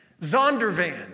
Zondervan